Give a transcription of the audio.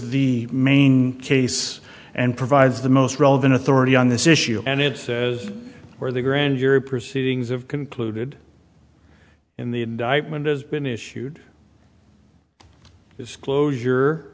the main case and provides the most relevant authority on this issue and it says or the grand jury proceedings have concluded in the indictment has been issued disclosure